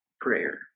prayer